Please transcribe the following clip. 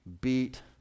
beat